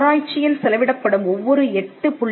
ஆராய்ச்சியில் செலவிடப்படும் ஒவ்வொரு 8